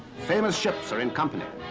famous ships are in company.